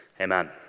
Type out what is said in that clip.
amen